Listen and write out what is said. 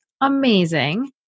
amazing